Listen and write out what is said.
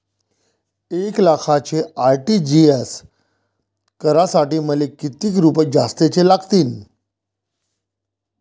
एक लाखाचे आर.टी.जी.एस करासाठी मले कितीक रुपये जास्तीचे लागतीनं?